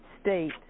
state